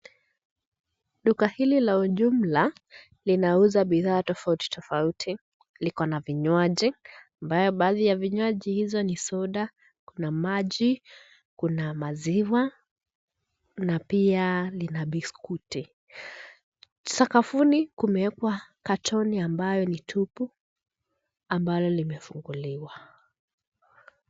Duka hili la ujumla linauza bidhaa tofauti tofauti liko na vinywaji, ambayo baadhi ya vinywaji hizo ni soda, kuna maji, kuna maziwa, na pia lina biskuti. Sakafuni kumeekwa katoni ambayo ni tupu ambalo limefunguliwa.